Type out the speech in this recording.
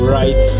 right